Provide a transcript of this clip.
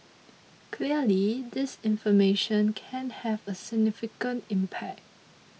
clearly disinformation can have a significant impact